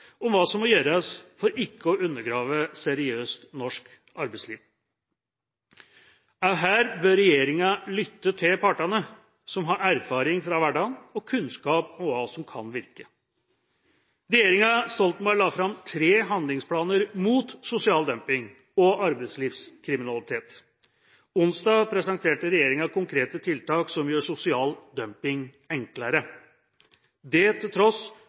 om hva som må gjøres for ikke å undergrave et seriøst norsk arbeidsliv. Også her bør regjeringa lytte til partene, som har erfaring fra hverdagen og kunnskap om hva som kan virke. Regjeringa Stoltenberg la fram tre handlingsplaner mot sosial dumping og arbeidslivskriminalitet. Onsdag presenterte regjeringa konkrete tiltak som gjør sosial dumping enklere – det til tross